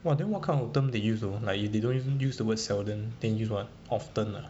!wah! then what kind of term they use though like they don't use the word seldom then use what often ah